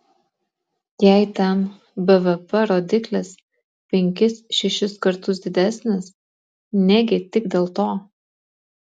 jei ten bvp rodiklis penkis šešis kartus didesnis negi tik dėl to